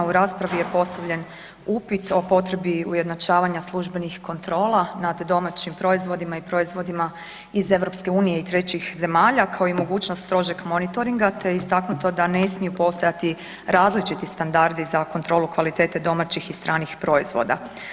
U raspravi je postavljen upit o potrebi ujednačavanja službenih kontrola nad domaćim proizvodima i proizvodima iz EU i trećih zemalja, kao i mogućnost strožeg monitoringa, te je istaknuto da ne smiju postojati različiti standardi za kontrolu kvalitete domaćih i stranih proizvoda.